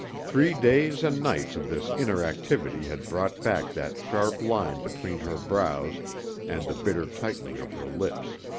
three days and nights of this inner activity had brought back that sharp line between her brows and the bitter tightening of her lips.